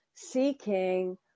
seeking